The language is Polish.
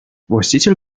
właściciel